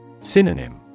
Synonym